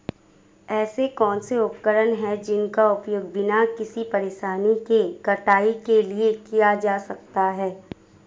ऐसे कौनसे उपकरण हैं जिनका उपयोग बिना किसी परेशानी के कटाई के लिए किया जा सकता है?